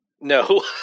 No